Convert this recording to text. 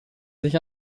sich